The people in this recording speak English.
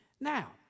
Now